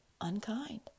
unkind